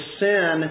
sin